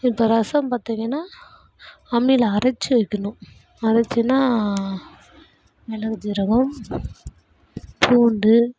இப்போ ரசம் பார்த்தீங்கன்னா அம்மியில் அரைச்சி வைக்கணும் அரைச்சின்னா மிளகு சீரகம் பூண்டு